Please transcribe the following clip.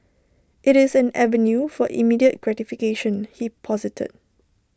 IT is an avenue for immediate gratification he posited